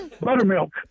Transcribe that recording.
Buttermilk